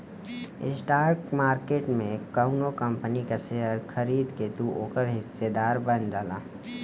stock market में कउनो company क शेयर खरीद के तू ओकर हिस्सेदार बन जाला